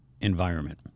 environment